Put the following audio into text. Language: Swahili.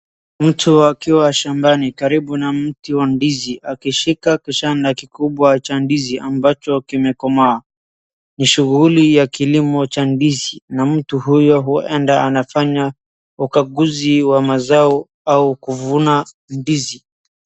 Mtu akiwa shambani karibu na mti wa ndizi akishika kishane kikubwa cha ndizi ambacho kimekomaa. Ni shughuli ya kilimo cha ndizi na mtu huyo huenda anafanya ukaguzi wa mazao au kuvuna ndizi.